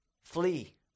flee